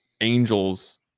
Angels